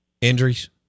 injuries